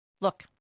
Look